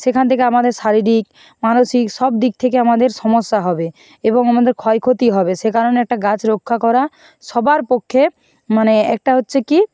সেখান থেকে আমাদের শারীরিক মানসিক সব দিক থেকে আমাদের সমস্যা হবে এবং আমাদের ক্ষয়ক্ষতি হবে সে কারণে একটা গাছ রক্ষা করা সবার পক্ষে মানে একটা হচ্ছে কী